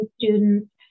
students